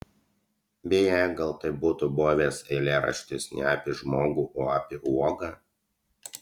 beje gal tai būtų buvęs eilėraštis ne apie žmogų o apie uogą